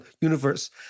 universe